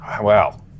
wow